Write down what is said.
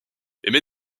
émet